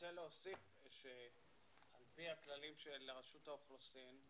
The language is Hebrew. רוצה להוסיף ולומר שעל פי הכללים של רשות האוכלוסין,